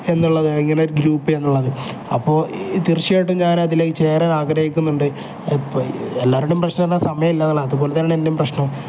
എന്നുള്ളത് ഇങ്ങനെ ഒരു ഗ്രൂപ്പ് എന്നുള്ളത് അപ്പോൾ തീർച്ചയായിട്ടും ഞാൻ അതിലേക്ക് ചേരാൻ ആഗ്രഹിക്കുന്നുണ്ട് എല്ലാവരുടെയും പ്രശ്നം എന്താണ് സമയം ഇല്ലാന്നുള്ളത് അതുപോലെ തന്നെ എൻ്റെ പ്രശ്നം